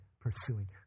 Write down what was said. pursuing